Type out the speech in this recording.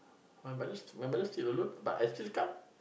my mother s~ my mother stay alone but I still come